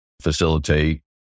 Facilitate